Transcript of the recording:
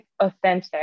authentic